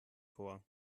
chor